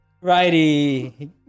righty